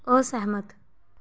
असैह्मत